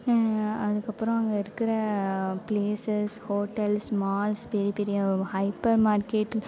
அதுக்கு அப்பறம் அங்கே இருக்கிற பிளேசஸ் ஹோட்டல்ஸ் மால்ஸ் பெரிய பெரிய ஹைப்பர் மார்க்கெட்